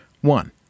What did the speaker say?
One